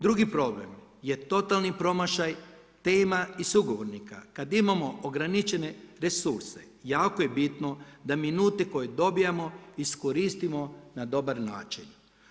Drugi problem je totalni promašaj, tema i sugovornika kada imamo ograničene resurse, jako je bitno da minute koje dobivamo iskoristimo na dobar način.